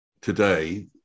today